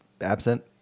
absent